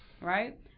Right